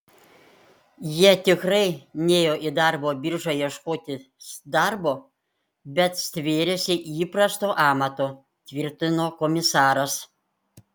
jie tikrai nėjo į darbo biržą ieškotis darbo bet stvėrėsi įprasto amato tvirtino komisaras